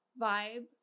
vibe